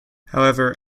however